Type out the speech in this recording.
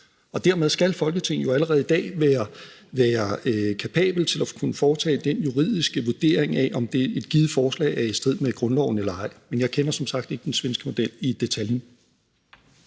Dermed skal Folketinget jo allerede i dag være kapabelt til at kunne foretage den juridiske vurdering af, om et givet forslag er i strid med grundloven eller ej. Men jeg kender som sagt ikke den svenske model i detaljen.